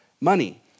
money